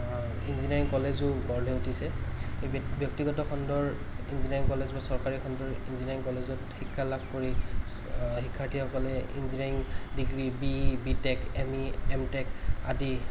engineering কলেজো গঢ় লৈ উঠিছে এই ব্য ব্যক্তিগত খণ্ডৰ ইঞ্জিনিয়াৰিং কলেজ বা চৰকাৰী খণ্ডৰ ইঞ্জিনিয়াৰিং কলেজত শিক্ষা লাভ কৰি শিক্ষাৰ্থীসকলে engineering degree B E B tech M E M tech আদি